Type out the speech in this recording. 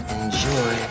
enjoy